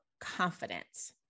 confidence